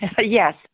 Yes